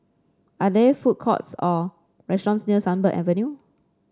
are there food courts or restaurants near Sunbird Avenue